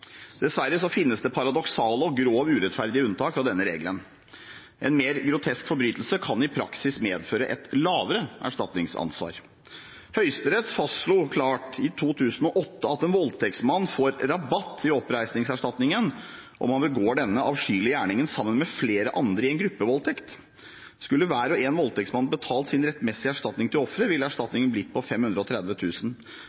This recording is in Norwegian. Dessverre finnes det paradoksale og grovt urettferdige unntak fra denne regelen. En mer grotesk forbrytelse kan i praksis medføre et lavere erstatningsansvar. Høyesterett fastslo klart i 2008 at en voldtektsmann får rabatt i oppreisningserstatningen om han begår denne avskyelige gjerningen sammen med flere andre i en gruppevoldtekt. Skulle hver og en voldtektsmann betalt sin rettmessige erstatning til offeret, ville